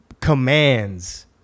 commands